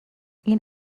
این